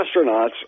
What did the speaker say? astronauts